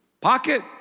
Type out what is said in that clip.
pocket